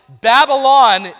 Babylon